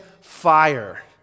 fire